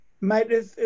Mate